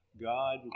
God